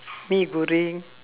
mee-goreng